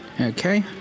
Okay